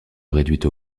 réduite